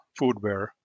foodware